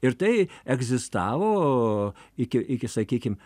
ir tai egzistavo iki iki sakykim